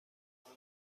مینی